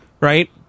Right